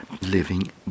living